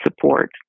support